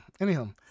anyhow